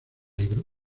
negro